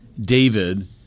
David